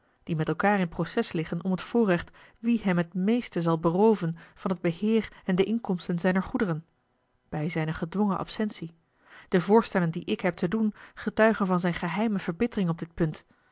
die met elkaâr in proces liggen om het voorrecht wie hem het meeste zal berooven van het beheer en de inkomsten zijner goederen bij zijne gedwongen absentie de voorstellen die ik heb te doen getuigen van zijne geheime verbittering op dit punt